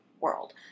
world